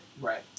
Right